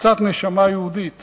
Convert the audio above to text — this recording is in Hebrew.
קצת נשמה יהודית